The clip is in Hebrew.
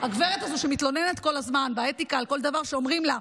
הגברת הזו שמתלוננת כל הזמן באתיקה על כל דבר שאומרים לה,